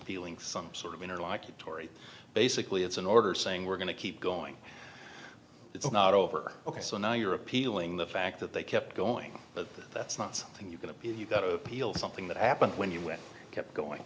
feeling some sort of inner like you tory basically it's an order saying we're going to keep going it's not over ok so now you're appealing the fact that they kept going but that's not something you can appeal you've got to appeal to something that happened when you went kept going